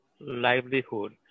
livelihood